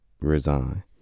resign